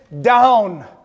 down